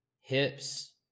hips